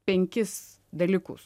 penkis dalykus